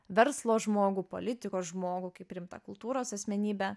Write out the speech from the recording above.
verslo žmogų politikos žmogų kaip rimtą kultūros asmenybę